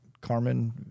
Carmen